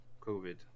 COVID